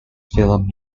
film